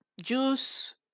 juice